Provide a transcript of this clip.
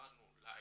שקבענו להיום.